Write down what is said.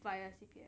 via C_P_F